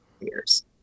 years